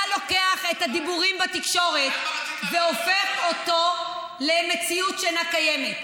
אתה לוקח את הדיבורים בתקשורת והופך אותם למציאות שאינה קיימת.